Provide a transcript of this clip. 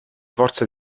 forza